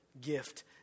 gift